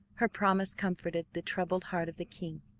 her promise comforted the troubled heart of the king,